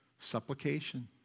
supplication